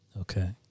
Okay